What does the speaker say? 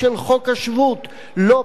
לא פחות ולא יותר.